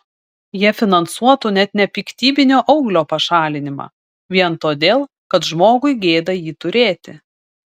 jie finansuotų net nepiktybinio auglio pašalinimą vien todėl kad žmogui gėda jį turėti